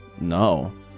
no